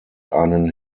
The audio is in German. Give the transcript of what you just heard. einen